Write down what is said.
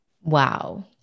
Wow